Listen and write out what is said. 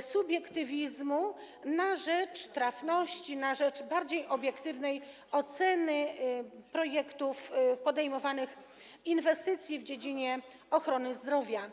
subiektywizmu na rzecz trafności, na rzecz bardziej obiektywnej oceny projektów podejmowanych inwestycji w dziedzinie ochrony zdrowia.